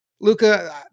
Luca